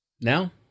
Now